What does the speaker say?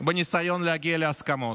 בניסיון להגיע להסכמות.